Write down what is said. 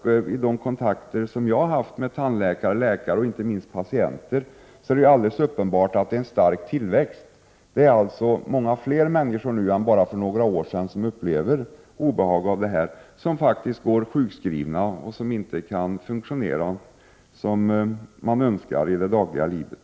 Vid de kontakter som jag har haft med tandläkare, läkare och inte minst patienter har jag fått klart för mig att det uppenbarligen är fråga om ett starkt ökande problem. Det är många fler människor nu än för bara några år sedan som faktiskt går sjukskrivna och inte kan fungera som de önskar i det dagliga livet.